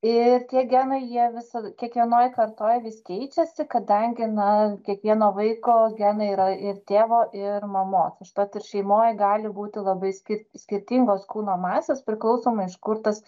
ir tie genai jie visa kiekvienoj kartoj vis keičiasi kadangi na kiekvieno vaiko genai yra ir tėvo ir mamos užtat ir šeimoj gali būti labai ski skirtingos kūno masės priklausomai iš kur tas